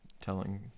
telling